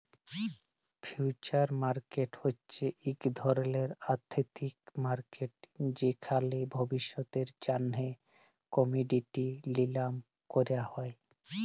future market হছে ইক ধরলের আথ্থিক মার্কেট যেখালে ভবিষ্যতের জ্যনহে কমডিটি লিলাম ক্যরা হ্যয়